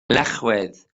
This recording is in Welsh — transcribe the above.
lecwydd